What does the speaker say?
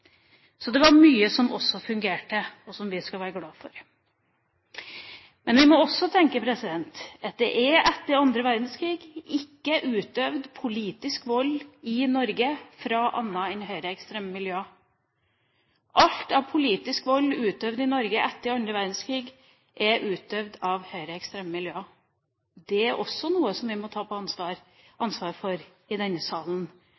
Så det var også mye som fungerte, og som vi skal være glade for. Vi må også tenke på at det etter annen verdenskrig ikke er utøvd politisk vold i Norge fra andre enn høyreekstreme miljøer. Alt av politisk vold utøvd i Norge etter annen verdenskrig er utøvd av høyreekstreme miljøer. Det er også noe som vi må ta ansvar for i denne salen